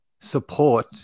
support